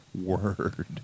Word